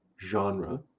genre